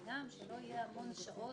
וגם שלא יהיו הרבה שעות